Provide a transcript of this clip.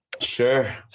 sure